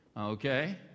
okay